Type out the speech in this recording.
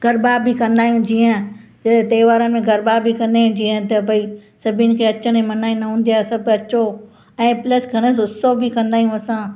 गरबा बि कंदा आहियूं जीअं त्योहारनि में गरबा बि कंदा आहियूं जीअं त भई सभिनि खे अचण जी मना ही न हूंदी आहे सभु अचो ऐं प्लस गणेश उत्सव बि कंदा आहियूं असां